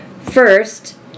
First